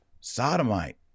sodomite